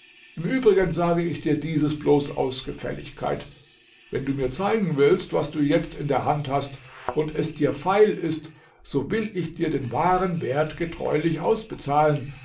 im übrigen sage ich dir dieses bloß aus gefälligkeit wenn du mir zeigen willst was du jetzt in der hand hast und es dir feil ist so will ich dir den wahren wert getreulich ausbezahlen